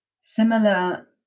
similar